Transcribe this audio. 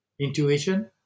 Intuition